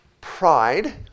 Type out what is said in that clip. Pride